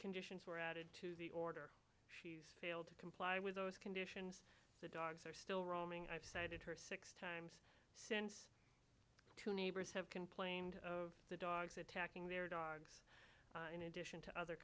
conditions were added to the order she's failed to comply with those conditions the dogs are still roaming i've cited her six times since two neighbors have complained of the dogs attacking their dogs in addition on o